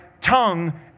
tongue